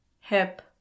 hip